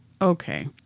Okay